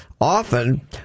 often